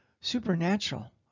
supernatural